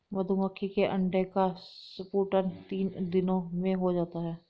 मधुमक्खी के अंडे का स्फुटन तीन दिनों में हो जाता है